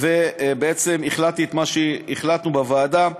ובעצם החלטנו את מה שהחלטנו בוועדה,